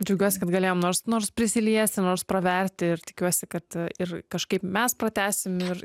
džiaugiuosi kad galėjom nors nors prisiliesti nors praverti ir tikiuosi kad ir kažkaip mes pratęsim ir